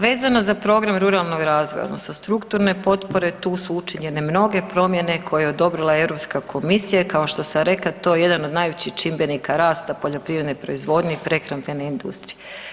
Vezano za program ruralnog razvoja odnosno strukturne potpore tu su učinjene mnoge promjene koje je odobrila Europska komisija i kao što sam rekla to je jedan od najvećih čimbenika rasta poljoprivredne proizvodnje i prehrambene industrije.